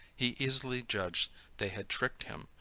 he easily judged they had tricked him,